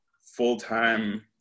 full-time